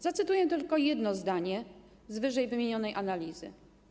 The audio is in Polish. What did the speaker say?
Zacytuję tylko jedno zdanie z ww. analizy: